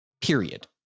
period